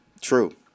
True